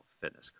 fitness